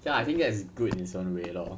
okay lah I think that is good in its own way lor